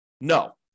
No